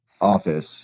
office